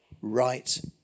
right